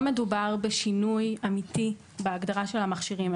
מדובר בשינוי אמיתי בהגדרה של המכשירים,